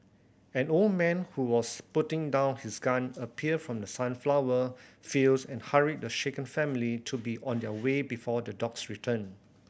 an old man who was putting down his gun appeared from the sunflower fields and hurried the shaken family to be on their way before the dogs return